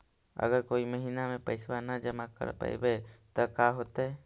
अगर कोई महिना मे पैसबा न जमा कर पईबै त का होतै?